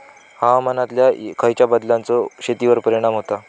हवामानातल्या खयच्या बदलांचो शेतीवर परिणाम होता?